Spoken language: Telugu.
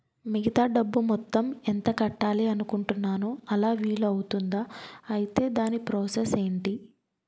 మిగతా డబ్బు మొత్తం ఎంత కట్టాలి అనుకుంటున్నాను అలా వీలు అవ్తుంధా? ఐటీ దాని ప్రాసెస్ ఎంటి?